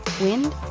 wind